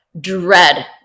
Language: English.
dread